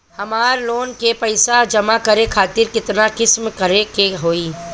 हमर लोन के पइसा जमा करे खातिर केतना किस्त भरे के होई?